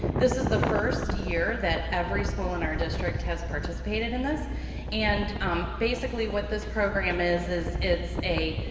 this is the first year that every school in our district has participated in this and um basically what this program is, is it's a